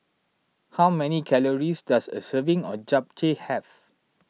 how many calories does a serving of Japchae have